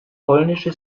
polnische